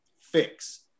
fix